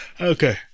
Okay